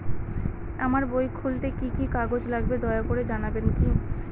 আমার বই খুলতে কি কি কাগজ লাগবে দয়া করে জানাবেন কি?